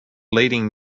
leading